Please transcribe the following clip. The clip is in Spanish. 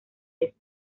eso